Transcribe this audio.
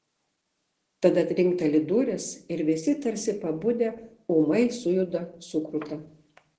tada trinkteli durys ir visi tarsi pabudę ūmai sujuda sukruta